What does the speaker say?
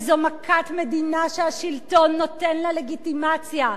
וזו מכת מדינה שהשלטון נותן לה לגיטימציה.